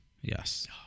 Yes